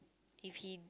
if he